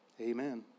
Amen